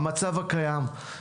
המצב הקיים.